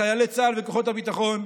את חיילי צה"ל וכוחות הביטחון,